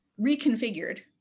reconfigured